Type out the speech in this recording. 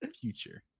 Future